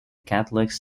catholics